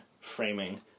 framing